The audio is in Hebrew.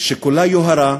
שכולה יוהרה,